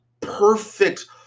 perfect